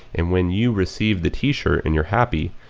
and when you receive the t-shirt and you're happy,